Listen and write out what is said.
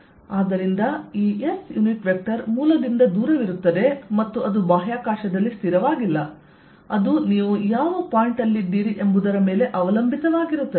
ಆದ್ದರಿಂದ ಈ S unit vector ಮೂಲದಿಂದ ದೂರವಿರುತ್ತದೆ ಮತ್ತು ಅದು ಬಾಹ್ಯಾಕಾಶದಲ್ಲಿ ಸ್ಥಿರವಾಗಿಲ್ಲ ಅದು ನೀವು ಯಾವ ಪಾಯಿಂಟ್ ಅಲ್ಲಿದ್ದೀರಿ ಎಂಬುದರ ಮೇಲೆ ಅವಲಂಬಿತವಾಗಿರುತ್ತದೆ